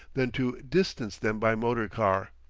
than to distance them by motor-car.